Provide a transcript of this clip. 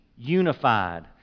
unified